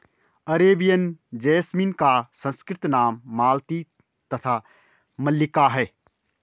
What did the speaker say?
Arabian jasmine का संस्कृत नाम मालती तथा मल्लिका है